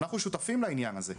אנחנו שותפים לעניין הזה.